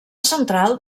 central